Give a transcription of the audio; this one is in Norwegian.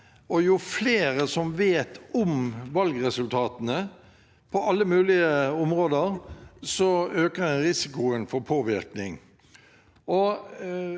jo flere som vet om valgresultatene, på alle mulige områder, jo mer øker risikoen for påvirkning.